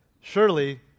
surely